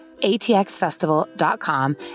atxfestival.com